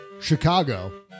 Chicago